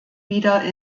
wieder